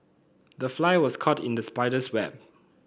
the fly was caught in the spider's web